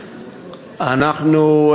אנחנו,